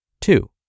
Two